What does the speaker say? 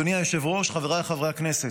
אדוני היושב-ראש, חבריי חברי הכנסת,